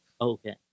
Okay